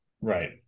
Right